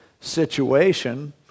situation